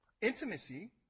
intimacy